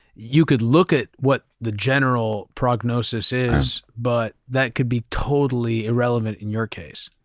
you could look at what the general prognosis is, but that could be totally irrelevant in your case.